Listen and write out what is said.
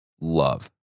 love